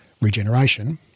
regeneration